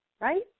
Right